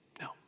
No